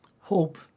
Hope